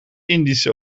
indische